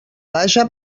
vaja